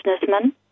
businessman